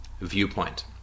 viewpoint